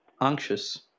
Anxious